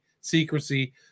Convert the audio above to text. secrecy